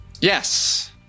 Yes